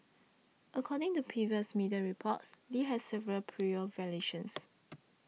according to previous media reports Lee has several prior violations